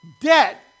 debt